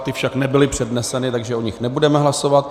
Ty však nebyly předneseny, takže o nich nebudeme hlasovat.